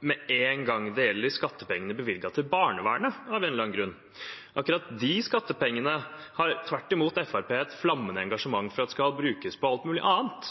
med en gang det gjelder skattepengene bevilget til barnevernet, av en eller annen grunn. Akkurat de skattepengene har tvert imot Fremskrittspartiet et flammende engasjement for at skal brukes på alt mulig annet,